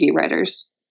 writers